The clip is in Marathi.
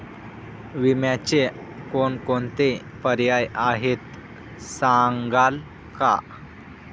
विम्याचे कोणकोणते पर्याय आहेत सांगाल का?